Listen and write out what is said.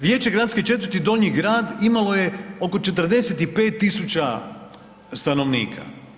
Vijeće gradske četvrti Donji grad imalo je oko 45.000 stanovnika.